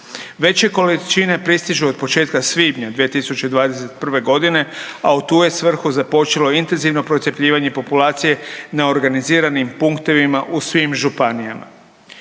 Veće količine pristižu od početka svibnja 2021. g. a u tu svrhu započelo intenzivno procjepljivanje populacije na organiziranih punktovima u svim punktovima